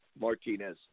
Martinez